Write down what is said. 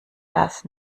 das